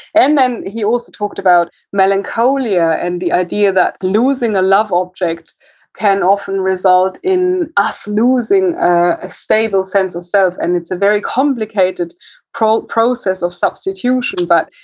and then, he also talked about melancholia and the idea that losing a love object can often result in us losing a stable sense of self. and it's a very complicated process process of substitution but,